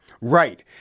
Right